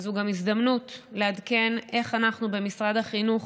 וזו גם הזדמנות לעדכן איך אנחנו, במשרד החינוך,